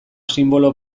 sinbolo